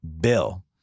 bill